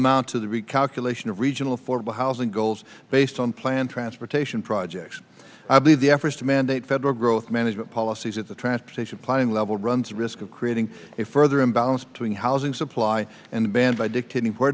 amount to the recalculation of regional affordable housing goals based on planned transportation projects i believe the efforts to mandate federal growth management policies at the transportation planning level runs the risk of creating a further imbalance between housing supply and demand by dictating